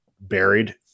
buried